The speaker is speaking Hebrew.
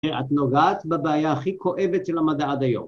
‫את נוגעת בבעיה הכי כואבת ‫של המדע עד היום.